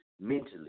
mentally